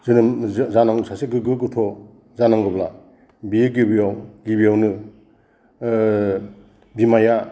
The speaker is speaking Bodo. जोनोम जानांगौ सासे गोग्गो गथ' जानांगौब्ला बेयो गिबियाव गिबियावनो बिमाया